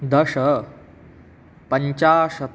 दश पञ्चाशत्